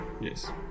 Yes